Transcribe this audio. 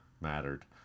mattered